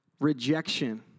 rejection